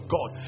God